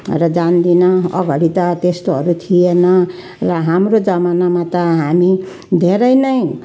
र जान्दिनँ अगाडि त त्यस्तोहरू थिएन र हाम्रो जमानामा त हामी धेरै नै